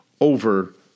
over